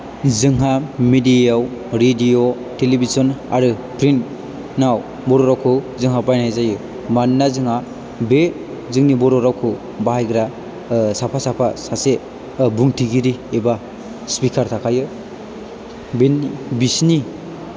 जोंहा मिदियायाव radio television आरो प्रिन्टनाव बर' रावखौ जोंहा बाहायनाय जायो मानोना जोंहा बे जोंनि बर' रावखौ बायग्रा साफा साफा सासे बुंथिगिरि एबा स्फिखार थाखायो बे बिसोरनि